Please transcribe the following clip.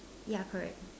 ya correct